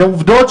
זה עובדות,